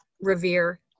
Revere